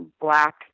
black